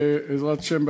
בעזרת השם,